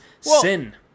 sin